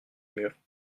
mûres